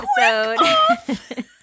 episode